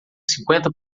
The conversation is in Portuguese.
cinquenta